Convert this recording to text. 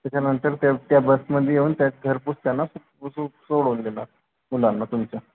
त्याच्यानंतर त्या त्या बसमध्ये येऊन त्या घरपोहोच येऊन सो सोडून देणार मुलांना तुमच्या